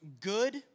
good